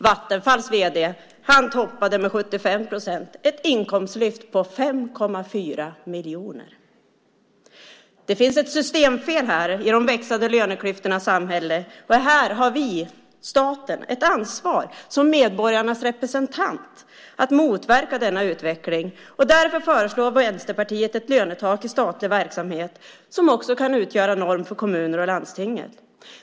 Vattenfalls vd toppade med 75 procent, ett inkomstlyft på 5,4 miljoner. Det finns ett systemfel här i de växande löneklyftornas samhälle. Och här har vi, staten, ett ansvar som medborgarnas representant att motverka denna utveckling. Därför föreslår Vänsterpartiet ett lönetak i statlig verksamhet som också kan utgöra norm för kommuner och landsting.